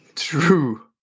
true